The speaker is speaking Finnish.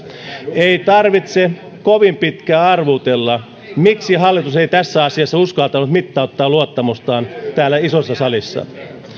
ei tarvitse kovin pitkään arvuutella miksi hallitus ei tässä asiassa uskaltanut mittauttaa luottamustaan täällä isossa salissa